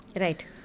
Right